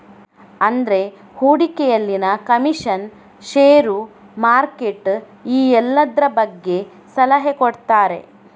ಅಂದ್ರೆ ಹೂಡಿಕೆಯಲ್ಲಿನ commission, share, market ಈ ಎಲ್ಲದ್ರ ಬಗ್ಗೆ ಸಲಹೆ ಕೊಡ್ತಾರೆ